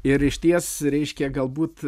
ir išties reiškia galbūt